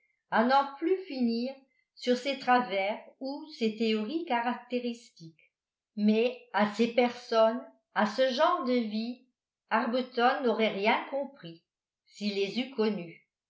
n'en plus finir sur ses travers ou ses théories caractéristiques mais à ces personnes à ce genre de vie arbuton n'aurait rien compris s'il les eût connus